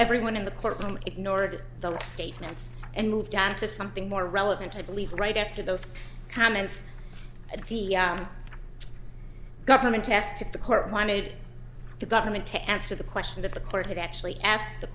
everyone in the courtroom ignored the statements and moved on to something more relevant i believe right after those comments at the government test the court wanted the government to answer the question that the court had actually asked the